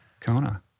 Kona